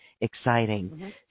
exciting